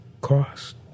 cost